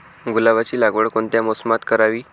गुलाबाची लागवड कोणत्या मोसमात करावी?